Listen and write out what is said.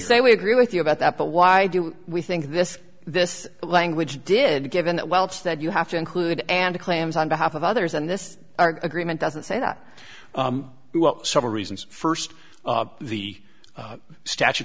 say we agree with you about that but why do we think this this language did given that well it's that you have to include and claims on behalf of others and this our agreement doesn't say that several reasons first the statutes